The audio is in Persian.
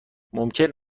ممکن